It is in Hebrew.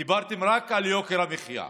דיברתם רק על יוקר המחיה: